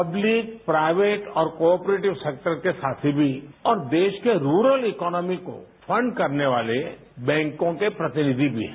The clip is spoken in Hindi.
पब्तिकप्राइवेट और को ओपरेटिय सेक्टर के साथी भी हैं और देरा केरूलर इकोनॉनी को फंड करने वाले बैंकॉ के प्रतिनिधि भी हैं